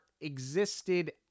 existed